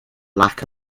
lack